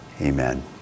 Amen